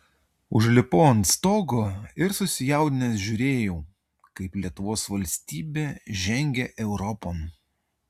užlipau ant stogo ir susijaudinęs žiūrėjau kaip lietuvos valstybė žengia europon